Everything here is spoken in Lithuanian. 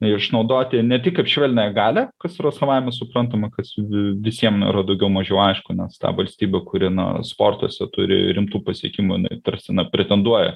išnaudoti ne tik kaip švelniąją galią kas yra savaime suprantama kas visiem yra daugiau mažiau aišku nes ta valstybė kuri na sportuose turi rimtų pasiekimų jinai tarsi na pretenduoja